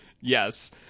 Yes